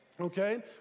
okay